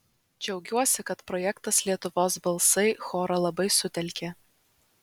džiaugiuosi kad projektas lietuvos balsai chorą labai sutelkė